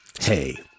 Hey